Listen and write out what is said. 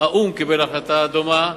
האו"ם קיבל החלטה דומה.